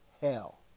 hell